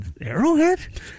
Arrowhead